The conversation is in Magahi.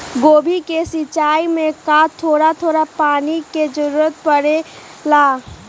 गोभी के सिचाई में का थोड़ा थोड़ा पानी के जरूरत परे ला?